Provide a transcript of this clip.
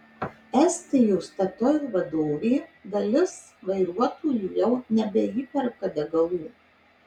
estijos statoil vadovė dalis vairuotojų jau nebeįperka degalų